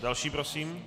Další prosím.